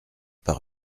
par